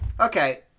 okay